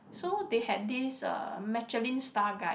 so they had this uh Michelin Star guide